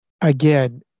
Again